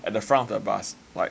at the front of the bus like